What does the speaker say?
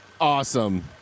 Awesome